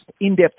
in-depth